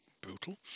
brutal